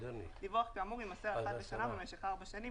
דיווח כאמור יימסר אחת לשנה במשך ארבע שנים